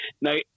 Now